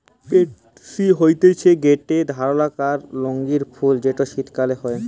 pansy হতিছে গটে ধরণকার রঙ্গীন ফুল যেটা শীতকালে হই